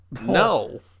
No